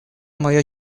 мое